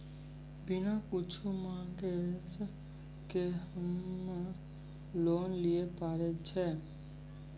बिना कुछो मॉर्गेज के हम्मय लोन लिये पारे छियै?